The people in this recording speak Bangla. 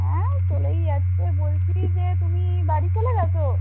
হ্যাঁ ওই চলেই যাচ্ছে বলছি যে তুমি বাড়ি চলে গেছ